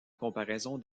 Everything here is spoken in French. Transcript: comparaison